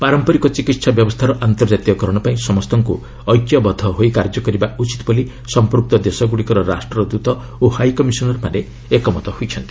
ପାରମ୍ପରିକ ଚିକିତ୍ସା ବ୍ୟବସ୍ଥାର ଆନ୍ତର୍ଜାତୀୟ କରଣ ପାଇଁ ସମସ୍ତଙ୍କୁ ଏକ୍ୟବଦ୍ଧ ହୋଇ କାର୍ଯ୍ୟକରିବା ଉଚିତ୍ ବୋଲି ସମ୍ପୂକ୍ତ ଦେଶଗୁଡ଼ିକର ରାଷ୍ଟ୍ରଦୃତ ଓ ହାଇକମିଶନମାନେ ଏକମତ ହୋଇଛନ୍ତି